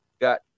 got